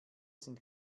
sind